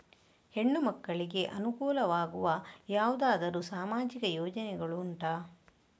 ಹೆಣ್ಣು ಮಕ್ಕಳಿಗೆ ಅನುಕೂಲವಾಗುವ ಯಾವುದಾದರೂ ಸಾಮಾಜಿಕ ಯೋಜನೆಗಳು ಉಂಟಾ?